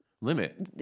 limit